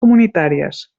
comunitàries